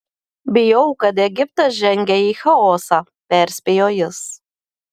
bijau kad egiptas žengia į chaosą perspėjo jis